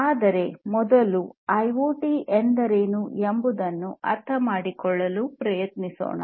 ಆದರೆ ಮೊದಲು ಐಓಟಿ ಎಂದರೇನು ಎಂಬುದನ್ನು ಅರ್ಥ ಮಾಡಿಕೊಳ್ಳಲು ಪ್ರಯತ್ನಿಸೋಣ